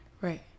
Right